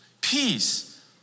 peace